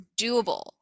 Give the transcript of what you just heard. doable